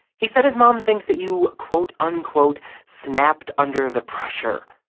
he said his mom thinks that you, quote unquote, snapped under the pressure,